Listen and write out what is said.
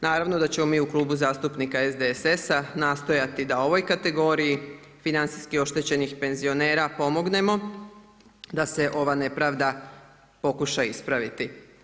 Naravno da ćemo mu u Klubu zastupnika SDSS-a nastojati da ovoj kategoriji, financijski oštećenih penzionera pomognemo da se ova nepravda pokuša ispraviti.